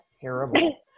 terrible